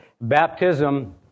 baptism